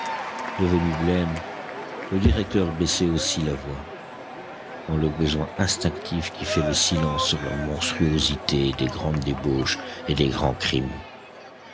devenu blême le directeur baissait aussi la voix dans le besoin instinctif qui fait le silence sur la monstruosité des grandes débauches et des grands crimes